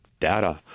data